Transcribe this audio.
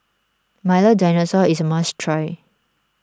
Milo Dinosaur is a must try